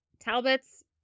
Talbots